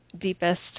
deepest